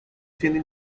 siendo